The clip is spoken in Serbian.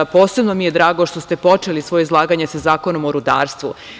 Posebno mi je drago što ste počeli svoje izlaganje sa Zakonom o rudarstvu.